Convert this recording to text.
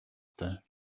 ёстой